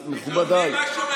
הם לומדים משהו מהממשלה.